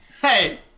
Hey